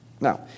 Now